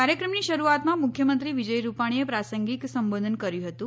ક્રાર્યક્રમની શરૂઆતમાં મુખ્યમંત્રી વિજય રૂપાણીએ પ્રાસંગિક સંબોધન કર્યું હતું